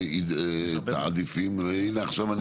לא בנוסח.